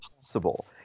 possible